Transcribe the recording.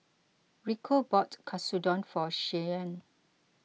Rico bought Katsudon for Shyanne